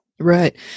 Right